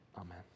amen